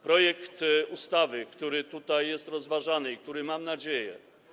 Projekt ustawy, który tutaj jest rozważany i który, mam nadzieję.